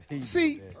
See